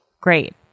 Great